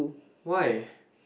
why